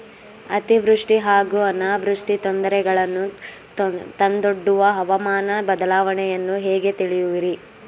ಅತಿವೃಷ್ಟಿ ಹಾಗೂ ಅನಾವೃಷ್ಟಿ ತೊಂದರೆಗಳನ್ನು ತಂದೊಡ್ಡುವ ಹವಾಮಾನ ಬದಲಾವಣೆಯನ್ನು ಹೇಗೆ ತಿಳಿಯುವಿರಿ?